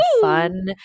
fun